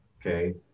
Okay